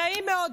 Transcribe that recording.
נעים מאוד,